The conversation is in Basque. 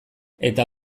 eta